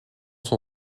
son